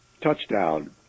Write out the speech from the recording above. touchdown